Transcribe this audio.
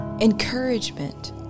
encouragement